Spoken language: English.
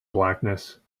blackness